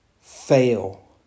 fail